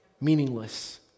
meaningless